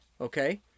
Okay